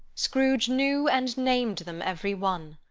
scrooge knew and named them every one.